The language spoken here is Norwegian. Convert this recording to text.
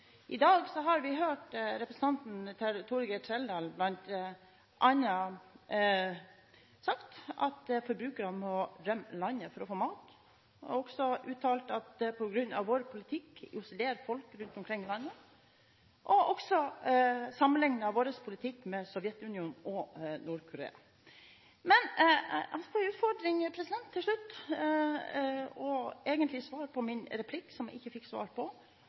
forbrukerne må rømme landet for å få mat. Han har også uttalt at på grunn av vår politikk isoleres folk rundt omkring i landet, og har også sammenlignet vår politikk med Sovjetunionen og Nord-Korea. Men han skal få en utfordring til slutt med å svare på min replikk, som jeg egentlig ikke fikk svar på,